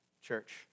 church